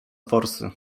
forsy